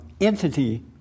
entity